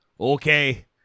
Okay